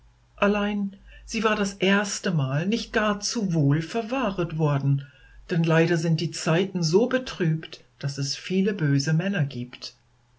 allein sie war das erste mal nicht gar zu wohl verwahret worden denn leider sind die zeiten so betrübt daß es viel böse männer gibt